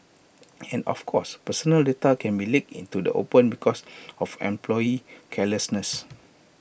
and of course personal data can be leaked into the open because of employee carelessness